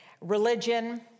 Religion